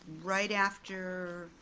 right after